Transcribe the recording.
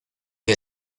que